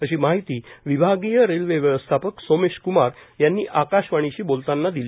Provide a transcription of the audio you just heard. अशी माहिती विभागीय रेल्वे व्यवस्थापक सोमेश कुमार यांनी आकाशवाणीशी बोलतांना दिली